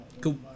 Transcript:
Cool